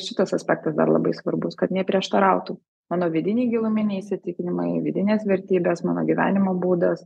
šitas aspektas dar labai svarbus kad neprieštarautų mano vidiniai giluminiai įsitikinimai vidinės vertybės mano gyvenimo būdas